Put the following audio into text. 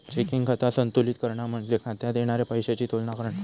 checking खाता संतुलित करणा म्हणजे खात्यात येणारा पैशाची तुलना करणा